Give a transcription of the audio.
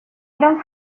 gran